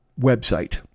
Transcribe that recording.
website